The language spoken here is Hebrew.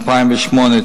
2008,